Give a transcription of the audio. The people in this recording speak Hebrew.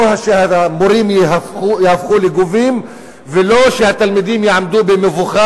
לא שהמורים יהפכו לגובים ולא שהתלמידים יעמדו במבוכה,